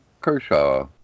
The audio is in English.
Kershaw